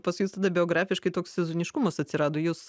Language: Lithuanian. pas jus tada biografiškai toks sezoniškumas atsirado jūs